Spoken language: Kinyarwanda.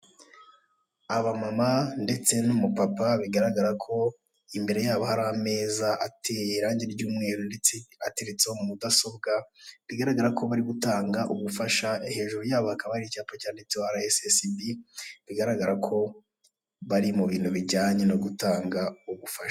Abamama ndetse n'umupapa bigaragara ko imbere yabo hari ameza ateye irange ry'umweru ndetse hateretseho mudasobwa bigaragara ko bari gutanga ubufasha hejuru yabo hakaba hari icyapa cyanditseho ara esi esi bi bigaragara ko bari mu bintu bijyanye no gutanga ubufasha.